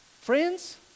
Friends